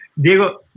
Diego